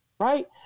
Right